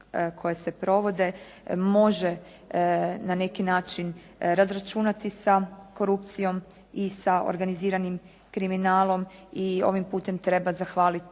koje se provode, može na neki način razračunati sa korupcijom i sa organiziranim kriminalom i ovim putem treba zahvaliti